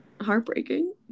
heartbreaking